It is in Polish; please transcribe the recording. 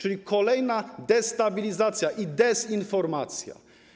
To kolejna destabilizacja i dezinformacja.